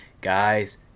Guys